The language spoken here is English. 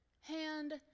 hand